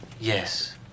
Yes